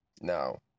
Now